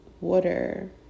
water